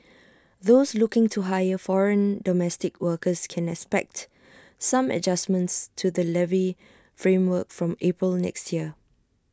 those looking to hire foreign domestic workers can expect some adjustments to the levy framework from April next year